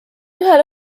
ühel